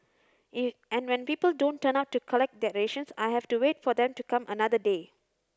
and when people don't turn up to collect their rations I have to wait for them to come another day